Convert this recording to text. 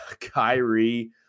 Kyrie